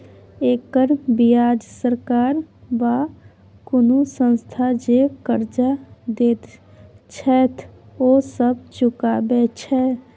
एकर बियाज सरकार वा कुनु संस्था जे कर्जा देत छैथ ओ सब चुकाबे छै